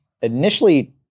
initially